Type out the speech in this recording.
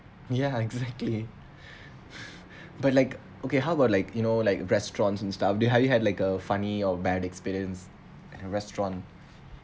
ya exactly but like okay how about like you know like restaurants and stuff do you likely had a funny or bad experience at a restaurant